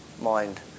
mind